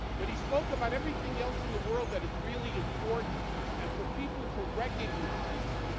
but he spoke about everything else in the world that is really important and for people to recognize